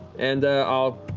and i'll